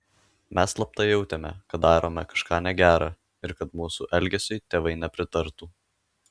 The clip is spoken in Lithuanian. mes slapta jautėme kad darome kažką negera ir kad mūsų elgesiui tėvai nepritartų